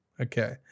Okay